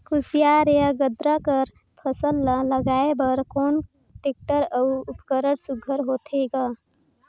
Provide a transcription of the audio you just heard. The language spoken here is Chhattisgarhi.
कोशियार या गन्ना कर फसल ल लगाय बर कोन टेक्टर अउ उपकरण सुघ्घर होथे ग?